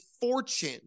fortune